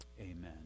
Amen